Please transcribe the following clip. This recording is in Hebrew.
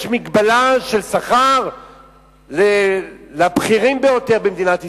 יש מגבלה של שכר לבכירים ביותר במדינת ישראל,